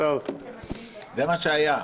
אבל האמת היא שזה מה שהיה.